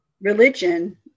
religion